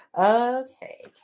Okay